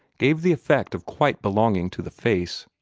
gave the effect of quite belonging to the face.